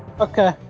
Okay